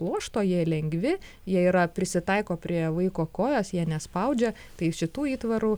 pluošto jie lengvi jie yra prisitaiko prie vaiko kojos jie nespaudžia tai šitų įtvarų